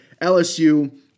LSU